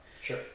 Sure